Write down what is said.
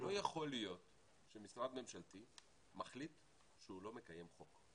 לא יכול להיות שמשרד ממשלתי מחליט שהוא לא מקיים חוק,